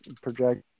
Project